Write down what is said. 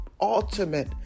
ultimate